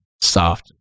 Soft